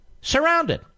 surrounded